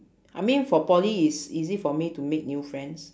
I mean for poly is easy for me to make new friends